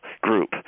group